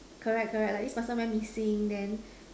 correct correct like this person went missing then